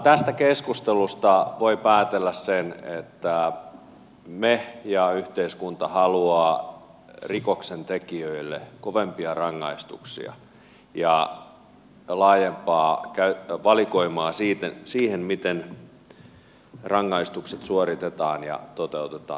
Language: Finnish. tästä keskustelusta voi päätellä sen että me ja yhteiskunta haluamme rikoksentekijöille kovempia rangaistuksia ja laajempaa valikoimaa siihen miten rangaistukset suoritetaan ja toteutetaan